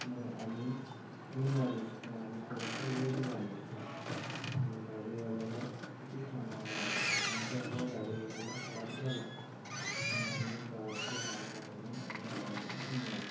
मग आम्ही निघालो पण आम्ही थोडंसं लेट झालो होतो मग गाडीवाल्याला किती थांबावं लागलं आमच्यामुळं गाडीवाल्याला त्रास झाला मग आम्ही प्रवासी हाय बा म्हणून आम्ही गावाला निघालो